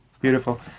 Beautiful